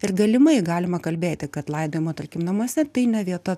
ir galimai galima kalbėti kad laidojimo tarkim namuose tai ne vieta